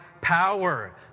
power